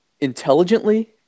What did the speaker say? intelligently